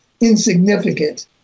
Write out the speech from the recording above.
insignificant